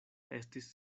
estis